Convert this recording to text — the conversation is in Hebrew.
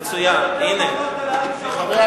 אתה יודע מה אמרת לאריק שרון בחדר.